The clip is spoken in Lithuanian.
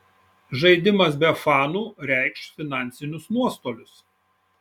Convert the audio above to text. žaidimas be fanų reikš finansinius nuostolius